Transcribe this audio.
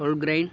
wholegrain